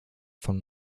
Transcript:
von